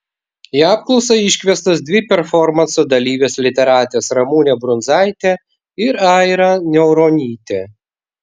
į apklausą iškviestos dvi performanso dalyvės literatės ramunė brunzaitė ir aira niauronytė